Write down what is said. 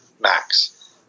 Max